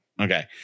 Okay